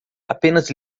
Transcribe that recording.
apenas